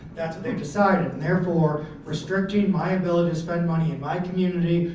that's what they've decided and therefore restricting my ability to spend money, in my community,